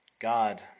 God